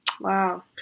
Wow